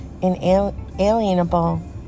inalienable